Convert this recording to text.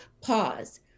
pause